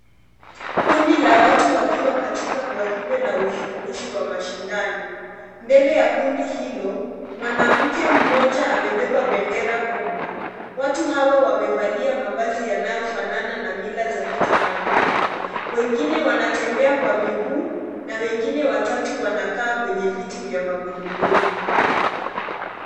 Kundi la watu wakiwa katika gwaride la ufunguzi wa mashindano. Mbele ya kundi hilo, mwanamke mmoja amebeba bendera kubwa. Watu hawa wamevalia mavazi yanayofanana na mila za kitamaduni. Wengine wanatembea kwa miguu na wengine watatu wanakaa kwenye viti vya magurudumu.